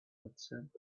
transcend